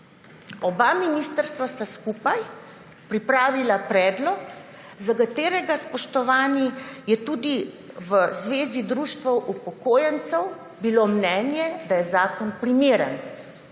Obe ministrstvi sta skupaj pripravili predlog, za katerega, spoštovani, je tudi v Zvezi društev upokojencev bilo mnenje, da je zakon primeren.